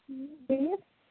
بیٚیہِ